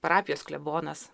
parapijos klebonas